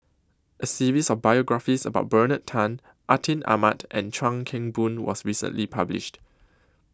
A series of biographies about Bernard Tan Atin Amat and Chuan Keng Boon was recently published